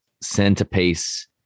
centerpiece